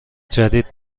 جدید